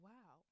Wow